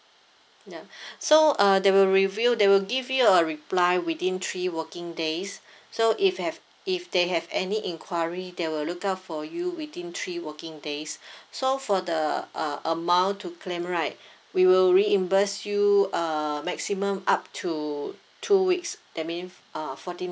ya so uh they will review they will give you a reply within three working days so if have if they have any enquiry they will look out for you within three working days so for the uh amount to claim right we will reimburse you uh maximum up to two weeks that mean uh fourteen